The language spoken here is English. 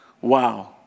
Wow